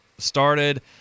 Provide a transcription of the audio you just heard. started